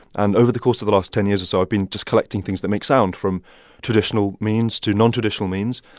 and over the course of the last ten years or so, i've been just collecting things that make sound, from traditional means to nontraditional means.